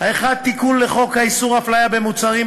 תיקון לחוק איסור הפליה במוצרים,